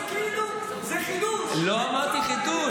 זה מה שאני אומר לך,